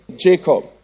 Jacob